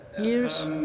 years